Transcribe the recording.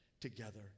together